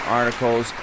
articles